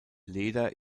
leder